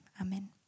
Amen